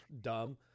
dumb